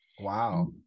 wow